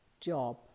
job